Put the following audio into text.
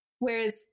Whereas